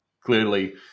clearly